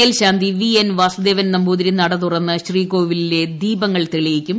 മേൽശാന്തി V N Vasudevan Namboothiri നട തുറന്ന് ശ്രീകോവിലിലെ ദീപങ്ങൾ തെളിയിക്കും